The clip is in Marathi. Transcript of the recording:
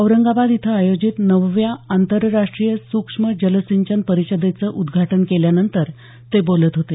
औरंगाबाद इथं आयोजित नवव्या आंतरराष्ट्रीय सुक्ष्म जलसिंचन परिषदेचं उद्घाटन केल्यानंतर ते बोलत होते